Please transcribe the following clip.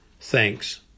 Thanks